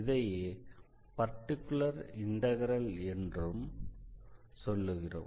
இதையே particular integral என்றும் சொல்லுகிறோம்